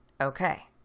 Okay